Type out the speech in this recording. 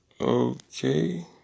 Okay